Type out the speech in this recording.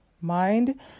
mind